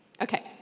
Okay